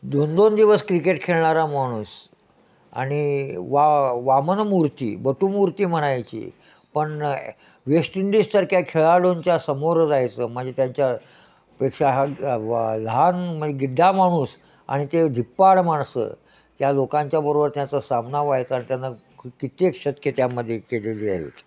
दोन दोन दिवस क्रिकेट खेळणारा माणूस आणि वा वामन मूर्ती बटू मूर्ती म्हणायची पण वेस्ट इंडीजसारख्या खेळाडूंच्या समोर जायचं म्हणजे त्याच्या पेक्षा हा लहान म्हणजे गिड्डा माणूस आणि ते धिप्पाड माणसं त्या लोकांच्याबरोबर त्यांचा सामना व्हायचा आणि त्यांना कित्येक शतके त्यामध्ये केलेली आहेत